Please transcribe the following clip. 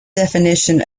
definition